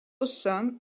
sung